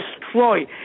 destroy